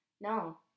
no